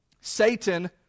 Satan